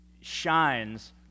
shines